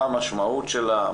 מה המשמעות שלה,